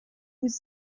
was